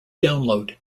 download